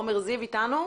עומר זיו איתנו?